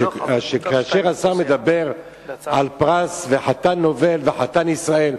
שכאשר השר מדבר על חתן פרס נובל וחתן פרס ישראל,